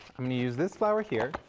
i'm gonna use this flour here